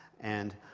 and